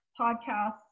podcasts